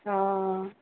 অঁ